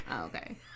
Okay